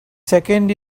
second